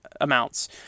amounts